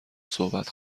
صحبت